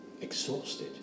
exhausted